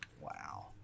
Wow